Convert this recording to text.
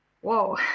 Whoa